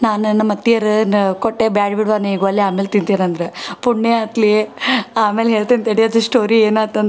ನಾನು ನಮ್ಮ ಅತ್ತೆಯರ ನ ಕೊಟ್ಟೆ ಬ್ಯಾಡ ಬಿಡವ್ವ ನಿ ಗೊಲ್ಲೆ ಆಮೇಲೆ ತಿಂತೀನಿ ಅಂದ್ರೆ ಪುಣ್ಯ ಆತ್ಲೇ ಆಮೇಲೆ ಹೇಳ್ತೀನಿ ತಡಿ ಅದು ಸ್ಟೋರಿ ಏನಾಯ್ತಂತ